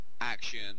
action